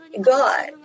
God